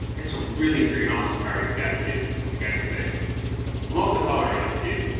it's a really freakin awesome car he's got to i gotta say love the color on it too